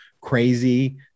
crazy